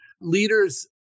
leaders